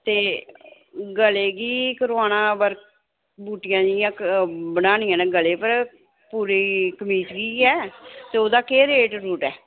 ते गले गी करवाना वर्क बुट्टियां जेही बनानियां न गले पर पूरी कमीज़ गी गै ते ओह्दा केह् रेट रूट ऐ